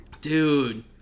dude